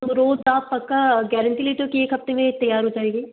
तो रोज़ आप पक्का गैरेंटी लेते हो कि एक हफ़्ते में ये तैयार हो जाएगे